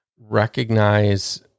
recognize